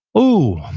ooh,